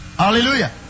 Hallelujah